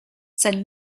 sein